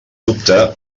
dubte